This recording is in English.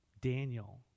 Daniel